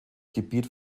gebiet